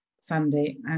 Sandy